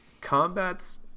combat's